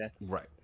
Right